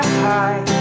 high